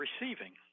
receiving